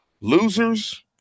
Losers